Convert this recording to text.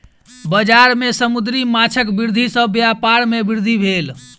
बजार में समुद्री माँछक वृद्धि सॅ व्यापार में वृद्धि भेल